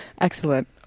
Excellent